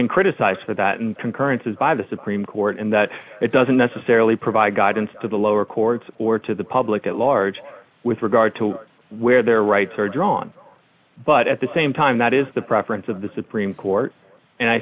been criticized for that and concurrences by the supreme court in that it doesn't necessarily provide guidance to the lower courts or to the public at large with regard to where their rights are drawn but at the same time that is the preference of the supreme court and i